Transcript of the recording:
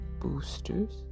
boosters